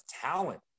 talent